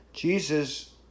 Jesus